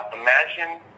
imagine